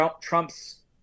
trump's